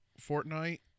Fortnite